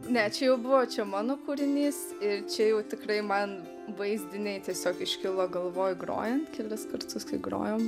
ne čia jau buvo čia mano kūrinys ir čia jau tikrai man vaizdiniai tiesiog iškilo galvoj grojant kelis kartus kai grojom